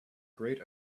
great